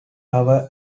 tower